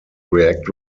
react